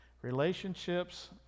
relationships